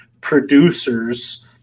producers